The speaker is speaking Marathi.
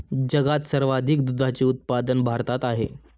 जगात सर्वाधिक दुधाचे उत्पादन भारतात आहे